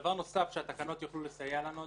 דבר נוסף שהתקנות יוכלו לסייע לנו,